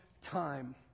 time